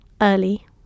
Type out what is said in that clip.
early